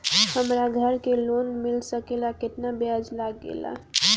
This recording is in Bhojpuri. हमरा घर के लोन मिल सकेला केतना ब्याज लागेला?